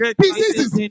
diseases